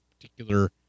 particular